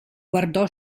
guardò